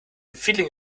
feeling